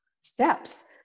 steps